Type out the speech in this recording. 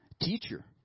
Teacher